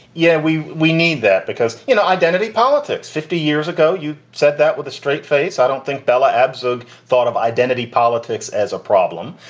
yeah, we we need that because, you know, identity politics. fifty years ago, you said that with a straight face. i don't think bella abzug thought of identity politics as a problem.